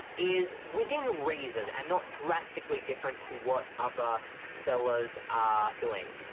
is within reason and not drastically different to what other sellers are doing.